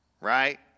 right